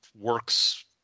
works